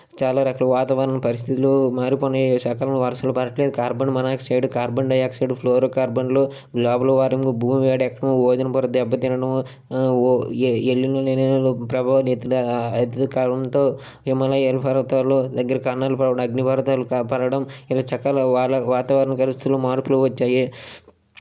చాలా రకాలుగా వాతావరణ పరిస్థితులు మారిపోయినాయి అసలు వర్షాలు పడటం లేదు carbon monoxide carbon dioxide fluoro కార్బన్లు గ్లోబల్ వార్మింగు భూమి వేడెక్కి ఓజోను పొర దెబ్బతినడము ప్రభావాలు ఇతర కారణాలతో హిమాలయ పర్వతాలు దగ్గర కన్నాలు అగ్ని పర్వతాలు పెరగడం ఇవి చెక్కాలా వాతావరణ పరిస్థితులో మార్పులు వచ్చాయి